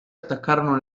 attaccarono